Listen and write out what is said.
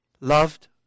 loved